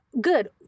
Good